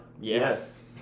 Yes